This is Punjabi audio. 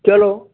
ਚਲੋ